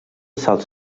salts